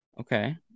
Okay